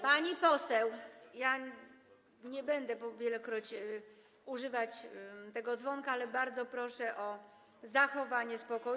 Pani poseł, ja nie będę po wielokroć używać tego dzwonka, ale bardzo proszę o zachowanie spokoju.